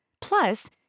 Plus